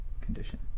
condition